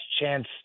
chance